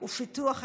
ופיתוח הכפר.